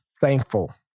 thankful